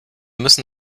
müssen